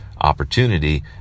opportunity